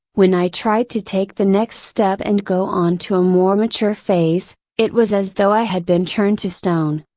when i tried to take the next step and go onto a more mature phase, it was as though i had been turned to stone.